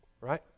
right